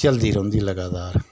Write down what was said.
चलदी रौहंदी लगातार